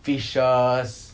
fishes